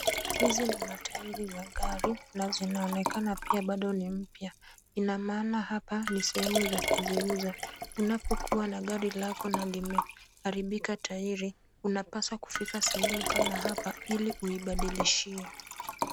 Hizi ni matairi za gari na zinaonekana pia bado ni mpya, ina maana hapa ni sehemu za kuziuza. Unapokuwa na gari lako na limeharibika [cs[tairi unapaswa kufika sehemu kama hapa ili kuibadilishia.